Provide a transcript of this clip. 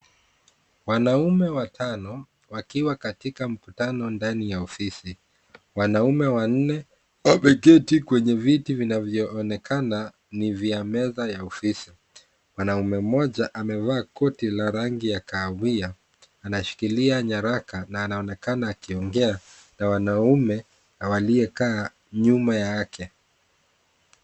Wanaume watano, wakiwa katika mkutano ndani ya ofisi. Wanaume wanne, wameketi kwenye viti vinavyoonekana ni vya meza ya ofisi. Mwanaume mmoja amevaa koti la rangi ya kahawia, anashikilia nyaraka, na anaonekana akiongea na wanaume waliyekaa nyuma yake.